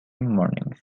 mornings